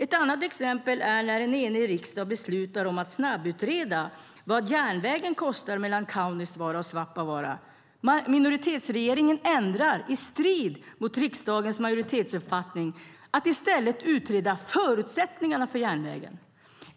Ett annat exempel är en enig riksdags beslut om att snabbutreda vad järnvägen kostar mellan Kaunisvaara och Svappavaara. Minoritetsregeringen ändrar, i strid med riksdagens majoritetsuppfattning, det till att i stället utreda förutsättningarna för järnvägen.